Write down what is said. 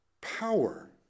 power